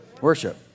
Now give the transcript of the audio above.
Worship